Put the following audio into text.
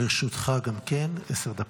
גם לרשותך עשר דקות.